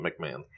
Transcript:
McMahon